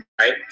right